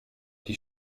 die